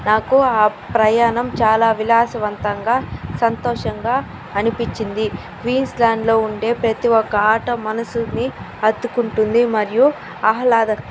నాకు ఆ ప్రయాణం చాలా విలాసవంతంగా సంతోషంగా అనిపించింది క్వీన్స్ల్యాండ్లో ఉండే ప్రతి ఒక ఆట మనసుని హత్తుకుంటుంది మరియు ఆహ్లాద